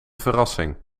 verrassing